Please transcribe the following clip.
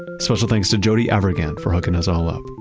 special thanks to jody avirgan for hooking us all up.